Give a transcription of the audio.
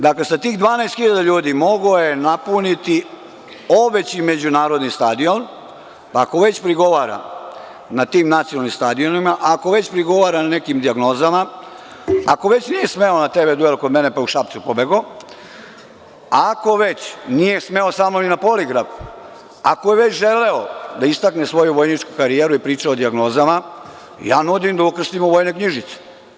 Dakle, sa tih 12.000 ljudi mogao se napuniti poveći međunarodni stadion, pa ako već prigovara na tim nacionalnim stadionima, ako već prigovara na nekim dijagnozama, ako već nije smeo TV duel kod mene, pa je u Šapcu pobegao, ako već nije smeo sa mnom na poligraf, ako je već želeo da istakne svoju vojničku karijeru i pričao o dijagnozama, nudim da ukrstimo vojne knjižice.